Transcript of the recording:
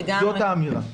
זאת האמירה.